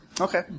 Okay